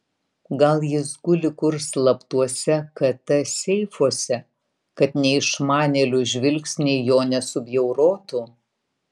gal jis guli kur slaptuose kt seifuose kad neišmanėlių žvilgsniai jo nesubjaurotų